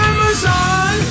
Amazon